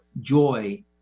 joy